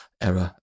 error